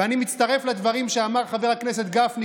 אני מצטרף לדברים שאמר חבר הכנסת גפני